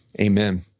Amen